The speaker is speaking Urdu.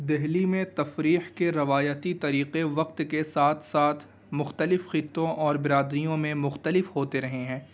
دلی میں تفریح کے روایتی طریقے وقت کے ساتھ ساتھ مختلف خطوں اور برادریوں میں مختلف ہوتے رہے ہیں